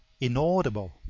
inaudible